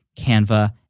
Canva